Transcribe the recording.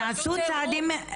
נעשו צעדים,